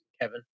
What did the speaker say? Kevin